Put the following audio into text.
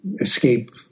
escape